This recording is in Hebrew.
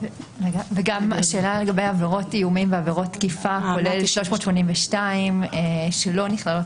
גם לגבי השאלה גם לגבי עבירות איומים ועבירות תקיפה כולל 382 שלא נכללות